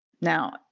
Now